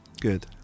Good